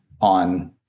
on